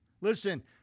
listen